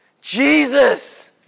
Jesus